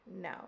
no